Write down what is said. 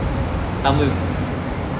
tamil